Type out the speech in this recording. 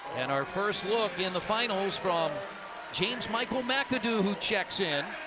and our first look the and the finals from james michael mcadoo, who checks in,